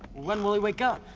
when will he wake up?